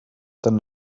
than